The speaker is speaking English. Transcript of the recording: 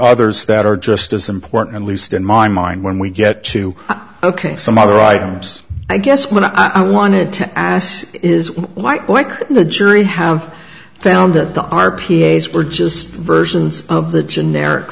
others that are just as important least in my mind when we get to ok some other items i guess when i wanted to ask is why the jury have found that the r p s were just versions of the generic